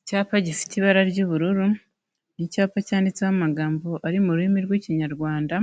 Icyapa gifite ibara ry'ubururu, icyapa cyanditseho amagambo ari mu rurimi rw'Ikinyarwanda,